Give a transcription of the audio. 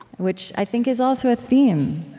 which i think is also a theme,